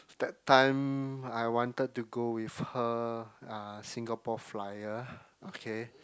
that time I wanted to go with her uh Singapore Flyer okay